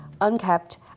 unkept